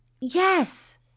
Yes